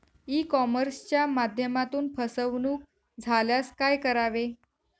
E कॉमर्सच्या माध्यमातून फसवणूक झाल्यास काय करावे?